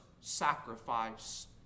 sacrifice